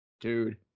Dude